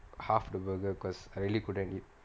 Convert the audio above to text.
half the burger because I really couldn't eat